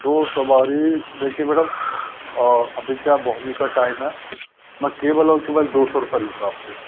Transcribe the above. दो सवारी देखिए मैडम अभी क्या बोहनी का टाइम है मैं केवल और केवल दो सौ रुपये लूँगा आप से